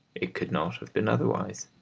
it could not have been otherwise.